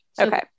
okay